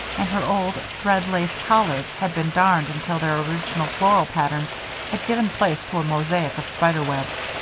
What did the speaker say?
and her old, thread-lace collars had been darned until their original floral patterns had given place to a mosaic of spider webs.